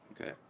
Okay